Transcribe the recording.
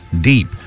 deep